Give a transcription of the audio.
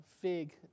fig